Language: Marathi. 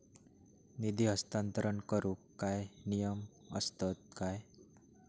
निधी हस्तांतरण करूक काय नियम असतत काय?